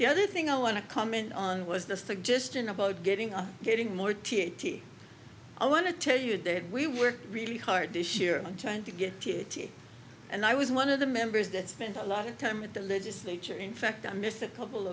the other thing i want to comment on was the suggestion about getting on getting more t n t i want to tell you that we worked really hard this year on trying to get and i was one of the members that spent a lot of time at the legislature in fact i missed a couple